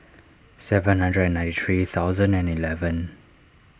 seven hundred and ninety three thousand and eleven